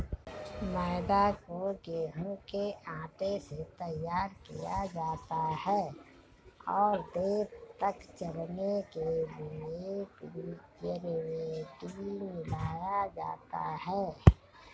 मैदा को गेंहूँ के आटे से तैयार किया जाता है और देर तक चलने के लिए प्रीजर्वेटिव मिलाया जाता है